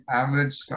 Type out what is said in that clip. average